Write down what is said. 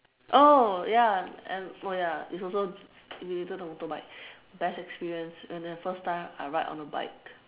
oh ya and oh ya it's also related to motorbike best experience when the first time I ride on a bike